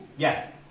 Yes